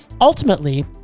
Ultimately